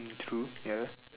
mm true ya